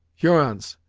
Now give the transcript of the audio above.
hurons,